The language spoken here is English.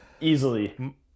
easily